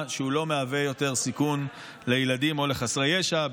שהוא לא מהווה יותר סיכון לילדים או לחסרי ישע,